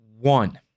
one